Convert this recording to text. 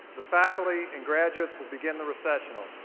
the faculty, and graduates will begin the recessional.